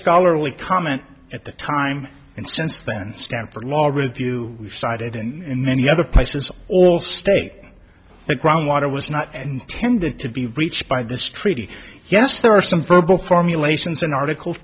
scholarly comment at the time and since then stanford law review cited in many other places all state the groundwater was not intended to be breached by this treaty yes there are some verbal formulations in article